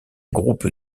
groupe